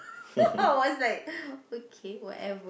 I was like okay whatever